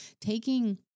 Taking